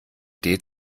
idee